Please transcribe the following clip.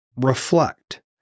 Reflect